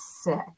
sick